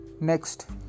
next